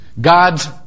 God's